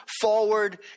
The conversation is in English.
forward